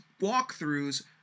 walkthroughs